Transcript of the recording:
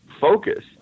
focus